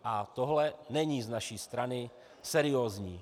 A tohle není z naší strany seriózní.